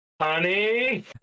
honey